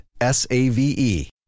S-A-V-E